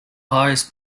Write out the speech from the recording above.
highest